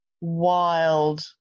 wild